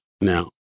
now